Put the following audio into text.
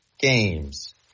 games